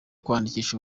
kwandikisha